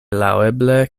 laŭeble